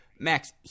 Max